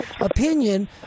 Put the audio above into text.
opinion